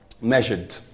measured